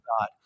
God